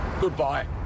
Goodbye